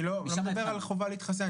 אני לא מדבר על חובה להתחסן.